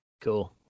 Cool